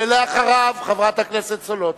אחריו, חברת הכנסת סולודקין,